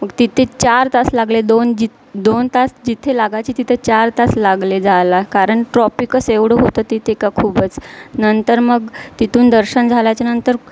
मग तिथे चार तास लागले दोन जि दोन तास जिथे लागायचे तिथे चार तास लागले झाला कारण ट्रॉपिकच एवढं होतं तिथे का खूपच नंतर मग तिथून दर्शन झाल्याच्या नंतर